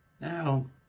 Now